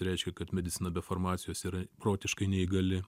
reiškia kad medicina be farmacijos yra protiškai neįgali